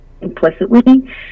implicitly